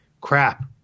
crap